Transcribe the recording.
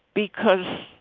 because